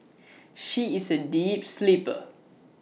she is A deep sleeper